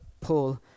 Paul